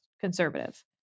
conservative